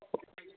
okay